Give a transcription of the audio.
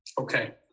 Okay